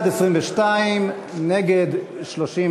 22 בעד, 39 נגד.